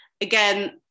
again